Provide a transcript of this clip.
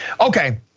Okay